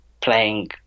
playing